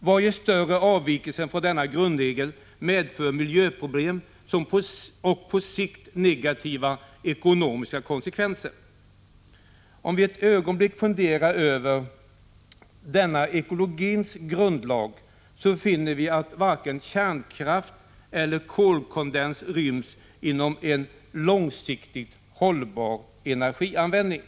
Varje större avvikelse från denna grundregel medför miljöproblem och får på sikt negativa ekonomiska konsekvenser. Om vi ett ögonblick funderar över denna ekologins grundlag, finner vi att varken kärnkraft eller kolkondens ryms inom en långsiktigt hållbar energianvändning.